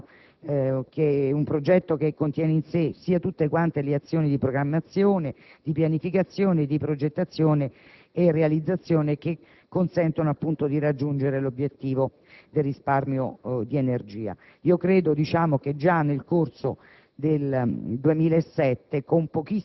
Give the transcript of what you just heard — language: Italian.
efficientamento energetico, che contiene in sé sia tutte quante le azioni di programmazione, di pianificazione, di progettazione e di realizzazione che consentono appunto di raggiungere l'obiettivo del risparmio di energia. Già nel corso